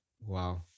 Wow